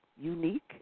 Unique